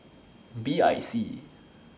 B I C